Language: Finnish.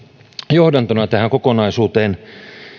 johdantona tähän kokonaisuuteen